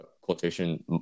quotation